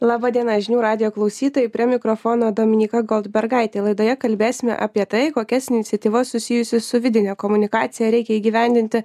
laba diena žinių radijo klausytojai prie mikrofono dominyka goldbergaitė laidoje kalbėsime apie tai kokias iniciatyvas susijusias su vidine komunikacija reikia įgyvendinti